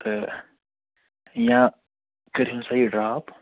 تہٕ یا کٔرِنۍ سا یہِ ڈرٛاپ